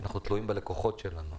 אנחנו תלויים בלקוחות שלנו.